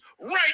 right